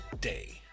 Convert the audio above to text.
day